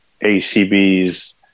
ACB's